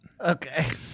Okay